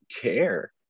care